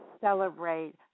celebrate